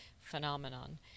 phenomenon